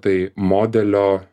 tai modelio